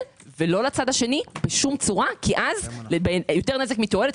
ולא לצד השני בשום צורה כי אז יותר נזק ממתועלת,